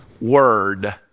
word